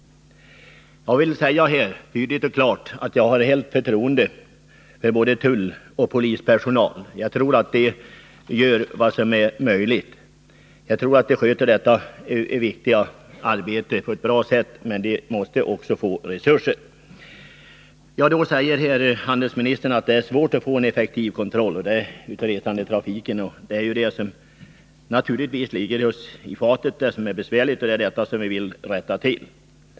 Jag vill säga, tydligt och klart, att jag har fullt förtroende för både tulloch polispersonal. Jag tror att de gör vad som är möjligt. Jag tror att de sköter detta viktiga arbete på ett bra sätt, men de måste också få resurser. Handelsministern säger att det är svårt att få en effektiv kontroll av resandetrafiken. Det är naturligtvis det som är besvärligt och som ligger oss i fatet, och det är det vi vill rätta till.